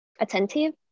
attentive